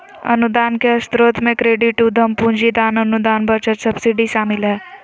अनुदान के स्रोत मे क्रेडिट, उधम पूंजी, दान, अनुदान, बचत, सब्सिडी शामिल हय